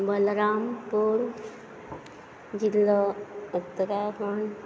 बलरामपूर जिल्लो उत्तराखंड